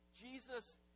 Jesus